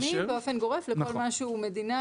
הוא מקדמי באופן גורף לכול מה שהוא מדינה,